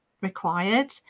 required